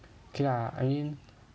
okay lah I mean